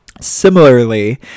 Similarly